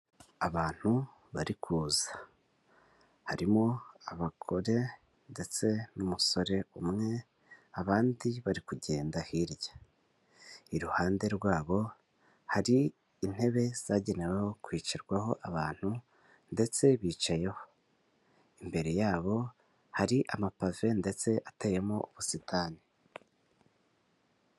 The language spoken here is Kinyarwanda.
Abantu bari kuza harimo: abagore ndetse n'umusore umwe abandi bari kugenda hirya, iruhande rwabo hari intebe zagenewe kwicarwaho abantu ndetse bicayeho imbere yabo hari amapave ndetse ateyemo ubusitani.